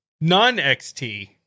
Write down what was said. non-xt